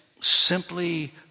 simply